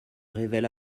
révèle